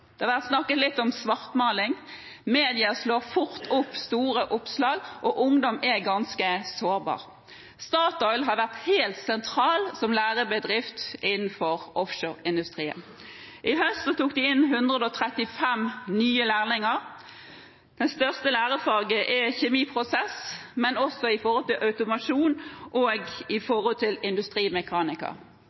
Det har vært snakket litt om svartmaling. Media slår fort opp store oppslag, og ungdom er ganske sårbare. Statoil har vært helt sentral som lærebedrift innenfor offshoreindustrien. I høst tok de inn 135 nye lærlinger. Det største lærefaget er kjemiprosess, men de har også automasjon og industrimekaniker. Dette er utdanninger som kan brukes i